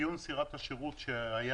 אפיון סירת השירות שהיה